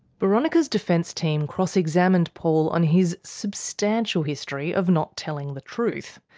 boronika's defence team cross-examined paul on his substantial history of not telling the truth.